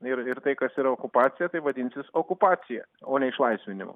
ir ir tai kas yra okupacija tai vadinsis okupacija o ne išlaisvinimu